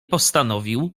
postanowił